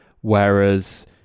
whereas